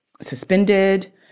suspended